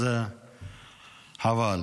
אז חבל.